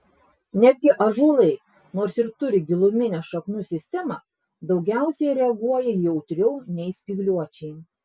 netgi ąžuolai nors ir turi giluminę šaknų sistemą daugiausiai reaguoja jautriau nei spygliuočiai